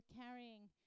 carrying